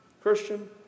Christian